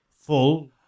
full